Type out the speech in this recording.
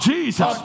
Jesus